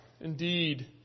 indeed